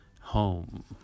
home